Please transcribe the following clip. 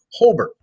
Holbert